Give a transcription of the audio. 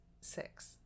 six